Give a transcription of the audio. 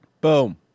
Boom